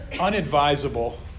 Unadvisable